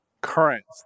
currents